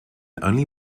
only